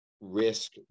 risk